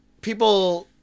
people